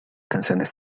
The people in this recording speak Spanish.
canciones